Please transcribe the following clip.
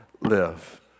live